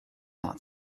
not